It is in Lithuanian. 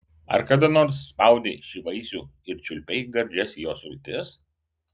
ar kada nors spaudei šį vaisių ir čiulpei gardžias jo sultis